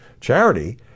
charity